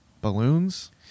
Balloons